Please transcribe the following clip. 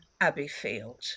Abbeyfield